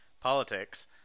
politics